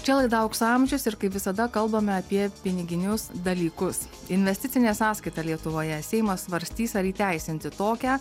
čia laida aukso amžius ir kaip visada kalbame apie piniginius dalykus investicinė sąskaita lietuvoje seimas svarstys ar įteisinti tokią